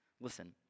Listen